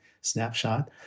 snapshot